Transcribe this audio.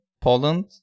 Poland